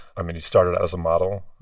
i mean, you started out as a model,